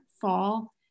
fall